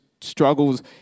struggles